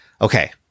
okay